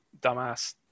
dumbass